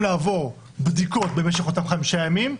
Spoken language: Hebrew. לעבור בדיקות במשך אותם חמישה ימים,